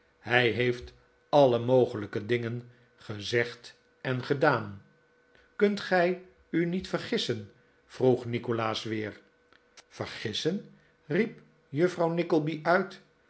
hij heeft alle mogelijke dingen gezegd en gedaan kunt gij u niet vergissen vroeg nikolaas weer vergissen riep juffrouw nickleby uit